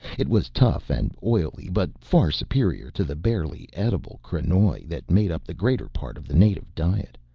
it was tough and oily but far superior to the barely edible krenoj that made up the greater part of the native diet.